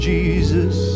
Jesus